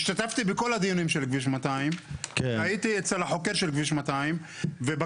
השתתפתי בכל הדיונים של כביש 200. הייתי אצל החוקר של כביש 200 ובקטע